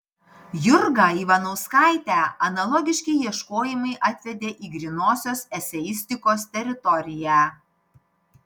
jurgą ivanauskaitę analogiški ieškojimai atvedė į grynosios eseistikos teritoriją